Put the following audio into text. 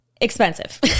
Expensive